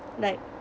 like